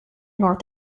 north